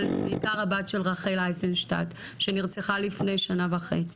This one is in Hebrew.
אבל בעיקר הבת של רחל אייזנשטט שנרצחה לפני שנה וחצי.